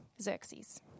Xerxes